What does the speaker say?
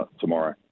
tomorrow